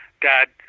dad